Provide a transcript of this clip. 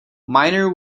miner